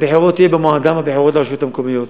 הבחירות יהיו במועדן, בבחירות לרשויות המקומיות.